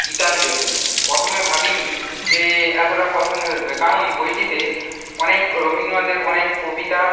গীতাঞ্জলি প্রথমে ভাবিনি যে এতটা পছন্দ হয়ে উঠবে কারণ বইটিতে অনেক রবীন্দ্রনাথের অনেক কবিতা